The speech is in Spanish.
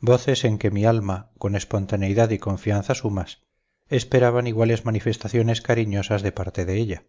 mía voces en que mi alma con espontaneidad y confianza sumas esperaban iguales manifestaciones cariñosas de parte de ella